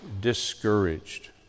discouraged